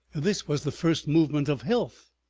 this was the first movement of health,